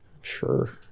sure